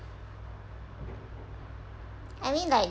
I mean like